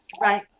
Right